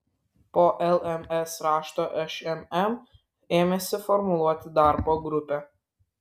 po lms rašto šmm ėmėsi formuoti darbo grupę